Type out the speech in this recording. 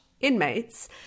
inmates